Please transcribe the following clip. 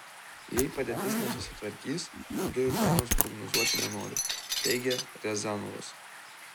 jei padėtis nesusitvarkys dujų kainos prognozuoti nenoriu teigia riazanovas